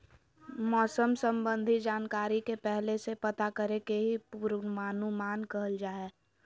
मौसम संबंधी जानकारी के पहले से पता करे के ही पूर्वानुमान कहल जा हय